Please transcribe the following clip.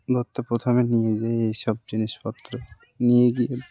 ধরতে প্রথমে নিয়ে যাই এই সব জিনিসপত্র নিয়ে গিয়ে